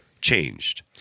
changed